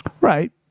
Right